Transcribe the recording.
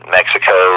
Mexico